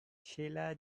shiela